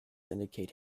indicate